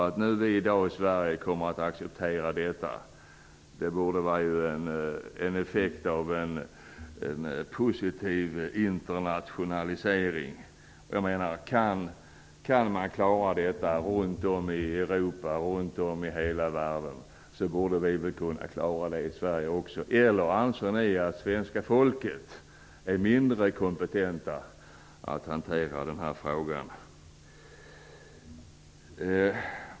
Att vi i Sverige nu kommer att acceptera detta borde vara effekten av en positiv internationalisering. Kan andra runt om i Europa och ute i hela världen klara det, borde väl vi i Sverige också göra det. Eller anser ni att svenska folket är mindre kompetent att hantera den här frågan?